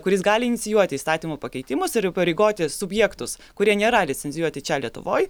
kuris gali inicijuoti įstatymų pakeitimus ir įpareigoti subjektus kurie nėra licencijuoti čia lietuvoj